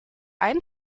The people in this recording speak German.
ein